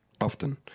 often